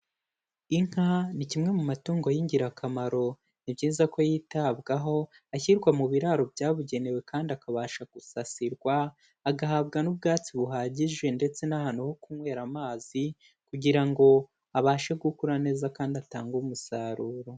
Inka ni kimwe mu matungo y'ingirakamaro, ni byiza ko yitabwaho, ashyirwa mu biraro byabugenewe kandi akabasha gusasirwa, agahabwa n'ubwatsi buhagije ndetse n'ahantu ho kunywera amazi, kugira ngo abashe gukura neza kandi atange umusaruro.